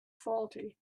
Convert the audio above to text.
faulty